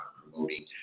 promoting